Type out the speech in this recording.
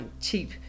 cheap